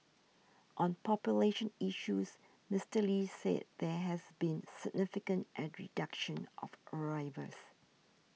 on population issues Mister Lee said there has been significant reduction of new arrivals